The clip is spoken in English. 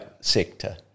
sector